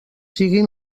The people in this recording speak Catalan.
siguin